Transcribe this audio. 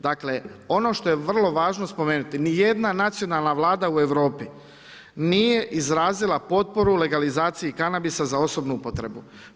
Dakle ono što je vrlo važno spomenuti, nijedna nacionalna vlada u Europi nije izrazila potporu legalizaciji kanabisa za osobnu upotrebu.